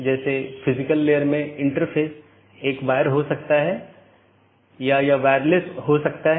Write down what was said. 2 update message routing जानकारी को BGP साथियों के बीच आदान प्रदान करता है